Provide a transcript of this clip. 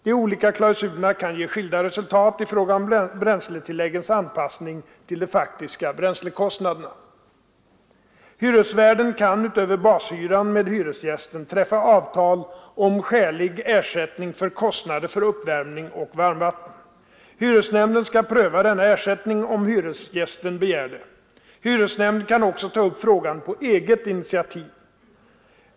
De olika klausulerna kan ge skilda resultat i fråga om bränsletilläggens anpassning till de faktiska bränslekostnaderna. Hyresvärden kan, utöver bashyran, med hyresgästen träffa avtal om skälig ersättning för kostnader för uppvärmning och varmvatten. Hyresnämnden skall pröva denna ersättning om hyresgästen begär det. Hyresnämnden kan också ta upp frågan på eget initiativ.